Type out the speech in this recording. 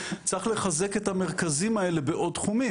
צריך לחזק את המרכזים האלה בעוד תחומים.